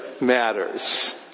matters